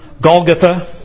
Golgotha